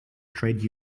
trade